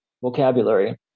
vocabulary